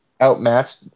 outmatched